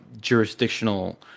jurisdictional